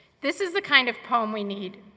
this is the kind of poem we need